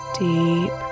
deep